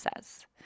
says